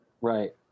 Right